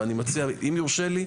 אבל אני מציע: אם יורשה לי,